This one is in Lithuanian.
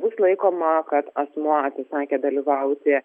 bus laikoma kad asmuo atsisakė dalyvauti